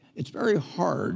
it's very hard